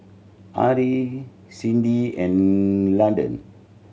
Ari Cindy and Landon